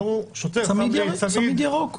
שוטר שם צמיד --- צמיד ירוק מנייר.